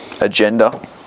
agenda